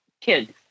kids